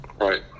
Right